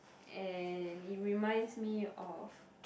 and it reminds me of